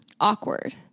awkward